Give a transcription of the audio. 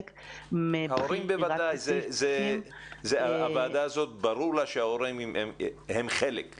--- ברור לוועדה הזאת שההורים הם חלק.